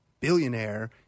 Billionaire